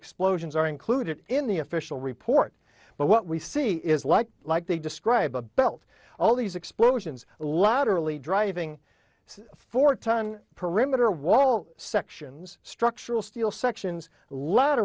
explosions are included in the official report but what we see is like like they describe a belt all these explosions laterally driving for ton perimeter wall sections structural steel sections l